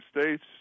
States